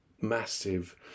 massive